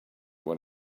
what